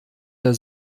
der